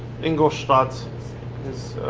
inglestadt is